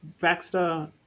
Baxter